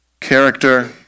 character